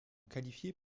qualifiés